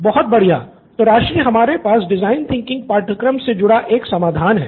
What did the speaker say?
student १ बहुत बढ़िया तो राजश्री हमारे पास हमारे डिज़ाइन थिंकिंग पाठ्यक्रम के जुड़ा एक समाधान है